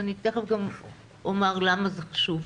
ותיכף אומר גם למה זה חשוב.